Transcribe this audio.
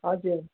हजुर